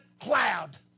cloud